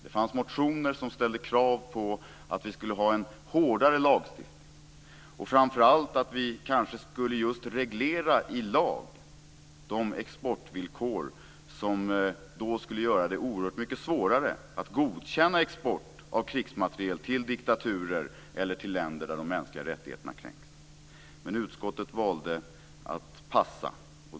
Det fanns motioner som ställde krav på att vi skulle ha en hårdare lagstiftning och framför allt att vi kanske i lag skulle reglera de exportvillkor som skulle göra det oerhört mycket svårare att godkänna export av krigsmateriel till diktaturer eller till länder där de mänskliga rättigheterna kränks. Men utskottet valde att passa.